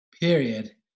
period